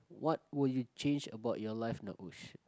what would you change about your life now oh shit